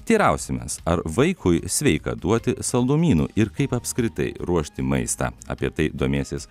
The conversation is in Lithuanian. teirausimės ar vaikui sveika duoti saldumynų ir kaip apskritai ruošti maistą apie tai domėsis